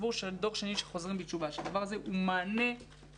בציבור של דור שני של חוזרים בתשובה הדבר הזה הוא מענה בול,